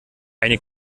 eine